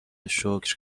شکر